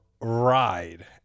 ride